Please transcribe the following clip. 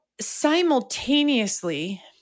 simultaneously